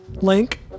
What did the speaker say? link